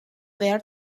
there